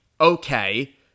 okay